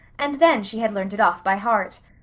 and then she had learned it off by heart.